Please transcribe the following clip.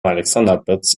alexanderplatz